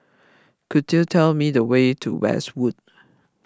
could you tell me the way to Westwood